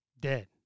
Dead